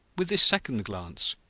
with this second glance,